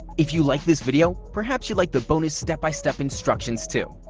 if you like this video, perhaps you'd like the bonus step-by-step instructions, too.